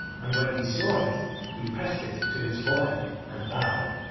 and when he saw it he pressed it to his forehead and bowed.